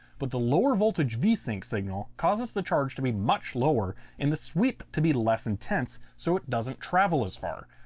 but the lower voltage v sync signal causes the charge to be much lower and the sweep to be less intense so it doesn't travel as far.